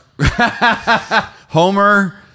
Homer